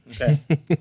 okay